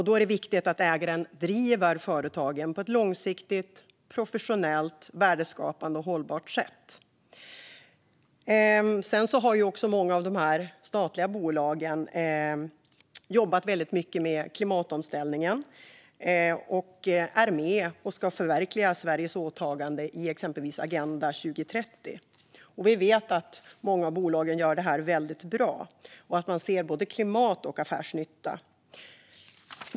Då är det viktigt att ägaren driver företagen på ett långsiktigt, professionellt, värdeskapande och hållbart sätt. Många av de statliga bolagen har jobbat väldigt mycket med klimatomställningen, och de ska vara med och förverkliga Sveriges åtagande i exempelvis Agenda 2030. Vi vet att många bolag gör detta väldigt bra och att de ser både klimatnytta och affärsnytta.